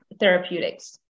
therapeutics